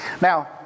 Now